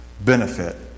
benefit